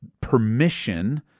permission